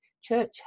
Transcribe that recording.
church